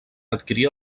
adquirir